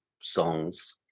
songs